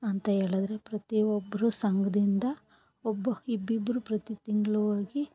ಅಂತೇಳಿದ್ರೆ ಪ್ರತಿಯೊಬ್ಬರು ಸಂಘದಿಂದ ಒಬ್ಬ ಇಬ್ಬಿಬ್ಬರು ಪ್ರತಿ ತಿಂಗಳು ಹೋಗಿ